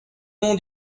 nom